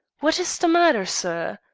what is the matter, sir?